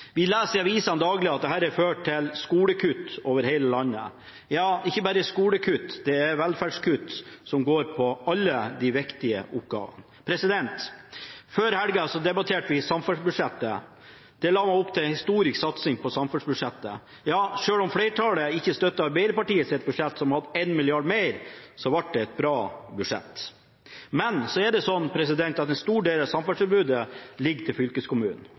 Vi leser i avisen daglig at dette vil føre til skolekutt over hele landet, ja, ikke bare til skolekutt; det gjelder velferdskutt, som går på alle de viktige oppgavene. Før helgen debatterte vi samferdselsbudsjettet. Man la opp til en historisk satsing på samferdselsbudsjettet, og selv om flertallet ikke støttet Arbeiderpartiet, som i sitt budsjett hadde 1 mrd. kr mer, ble det et bra budsjett. Men så er det slik at en stor del av samferdselstilbudet ligger til